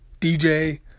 DJ